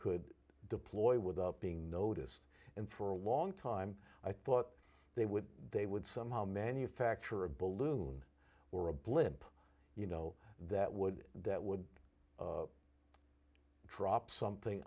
could deploy without being noticed and for a long time i thought they would they would some how many a factor a balloon or a blimp you know that would that would drop something